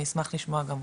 אני אשמח לשמוע גם אותו,